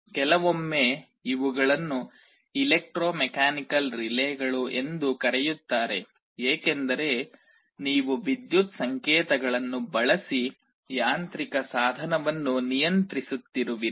ಕೆಲವೊಮ್ಮೆ ಇವುಗಳನ್ನು ಎಲೆಕ್ಟ್ರೋಮೆಕಾನಿಕಲ್ ರಿಲೇಗಳು ಎಂದೂ ಕರೆಯುತ್ತಾರೆ ಏಕೆಂದರೆ ನೀವು ವಿದ್ಯುತ್ ಸಂಕೇತಗಳನ್ನು ಬಳಸಿ ಯಾಂತ್ರಿಕ ಸಾಧನವನ್ನು ನಿಯಂತ್ರಿಸುತ್ತಿರುವಿರಿ